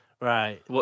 Right